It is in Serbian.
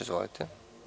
Izvolite.